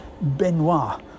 Benoit